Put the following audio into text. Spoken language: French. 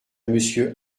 monsieur